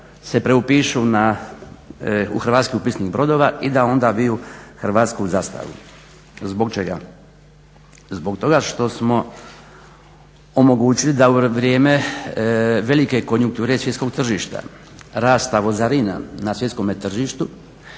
se prepišu u hrvatski upisnik brodova i da onda viju hrvatsku zastavu. Zbog čega? Zbog toga što smo omogućili da u vrijeme velike konjunkture svjetskog tržišta, rasta vozarina na svjetskome tržištu,